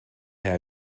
herr